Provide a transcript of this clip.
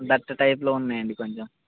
బట్ట టైప్లో ఉన్నాయండి కొంచెం